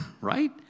Right